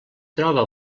troba